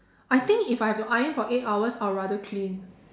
I think if I have to iron for eight hours I would rather clean